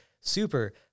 super